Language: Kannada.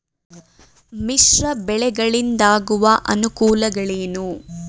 ಮಿಶ್ರ ಬೆಳೆಗಳಿಂದಾಗುವ ಅನುಕೂಲಗಳೇನು?